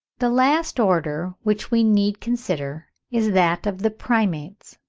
the last order which we need consider is that of the primates.